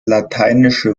lateinische